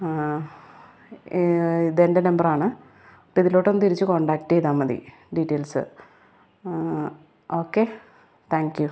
ആ ആ ഇതെൻ്റെ നമ്പറാണ് ഇതിലോട്ട് ഒന്ന് തിരിച്ച് കോൺടാക്റ്റ് ചെയ്താൽ മതി ഡീറ്റെയിൽസ് ഓക്കെ താങ്ക് യു